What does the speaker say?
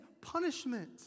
punishment